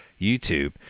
YouTube